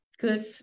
Good